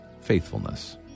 faithfulness